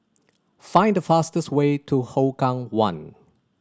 find the fastest way to Hougang One